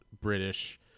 British